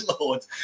lord